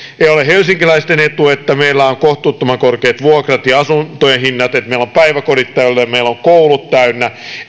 ole helsinkiläisten etu että meillä on kohtuuttoman korkeat vuokrat ja asuntojen hinnat että meillä on päiväkodit täynnä meillä on koulut täynnä